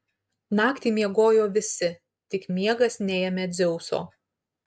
naktį miegojo visi tik miegas neėmė dzeuso